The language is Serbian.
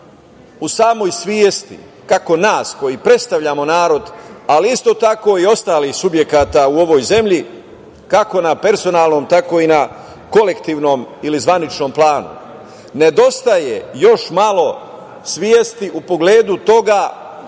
u samoj svesti, kako nas koji predstavljamo narod, ali isto tako i ostalih subjekata u ovoj zemlji, kako na personalnom, tako i na kolektivnom ili zvaničnom planu. Nedostaje još malo svesti u pogledu toga